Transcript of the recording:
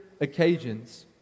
occasions